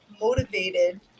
motivated